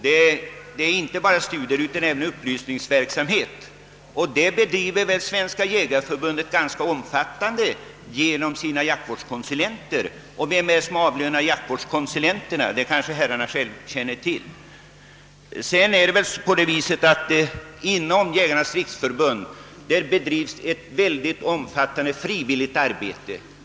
Det gäller alltså inte bara stu dieverksamhet utan också upplysningsverksamhet, och Svenska jägareförbundet bedriver väl en ganska omfattande upplysningsverksamhet genom = sina jaktvårdskonsulenter. Vem som avlönar dessa känner kanske herrarna själva till. Inom Jägarnas riksförbund bedrivs ett omfattande frivilligt arbete.